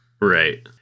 right